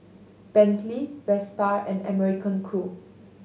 Bentley Vespa and American Crew